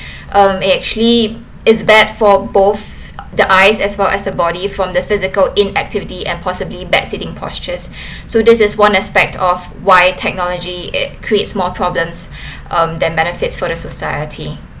um actually is bad for both the eyes as well as the body from the physical inactivity and possibly bad sitting postures so this is one aspect of why technology creates more problems um that benefits for society